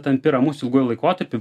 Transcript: tampi ramus ilguoju laikotarpiu